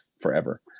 forever